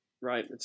Right